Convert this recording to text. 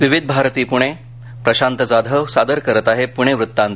विविध भारती पूणे प्रशांत जाधव सादर करत पूणे वृत्तांत